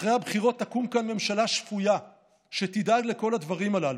אחרי הבחירות תקום כאן ממשלה שפויה שתדאג לכל הדברים הללו.